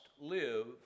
live